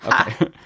Okay